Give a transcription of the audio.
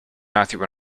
matthew